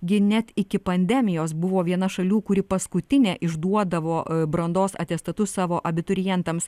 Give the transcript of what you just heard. gi net iki pandemijos buvo viena šalių kuri paskutinė išduodavo brandos atestatus savo abiturientams